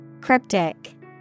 Cryptic